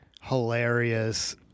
hilarious